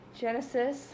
Genesis